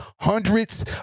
hundreds